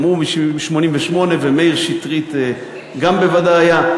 גם הוא מ-1988, ומאיר שטרית בוודאי גם היה.